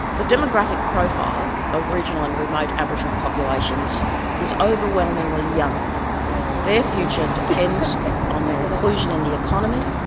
the demographic profile of regional and remote aboriginal populations is overwhelmingly young their future depends on their inclusion in the economy,